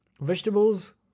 Vegetables